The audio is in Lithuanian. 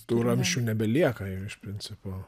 tų ramsčių nebelieka ir iš principo